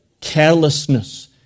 carelessness